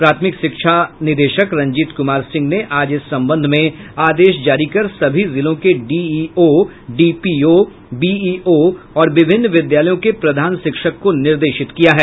प्राथमिक शिक्षा निदेशक रंजीत कुमार सिंह ने आज इस संबंध में आदेश जारी कर सभी जिलों के डीईओ डीपीओ बीईओ और विभिन्न विद्यालयों के प्रधान शिक्षक को निर्देशित किया है